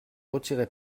retirez